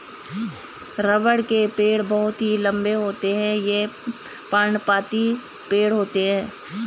रबड़ के पेड़ बहुत ही लंबे होते हैं ये पर्णपाती पेड़ होते है